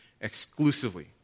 exclusively